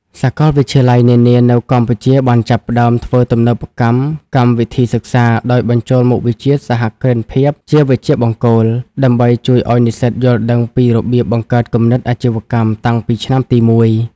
សាកលវិទ្យាល័យនានានៅកម្ពុជាបានចាប់ផ្ដើមធ្វើទំនើបកម្មកម្មវិធីសិក្សា ដោយបញ្ចូលមុខវិជ្ជាសហគ្រិនភាពជាវិជ្ជាបង្គោល ដើម្បីជួយឱ្យនិស្សិតយល់ដឹងពីរបៀបបង្កើតគំនិតអាជីវកម្មតាំងពីឆ្នាំទីមួយ។